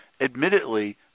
admittedly